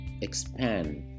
expand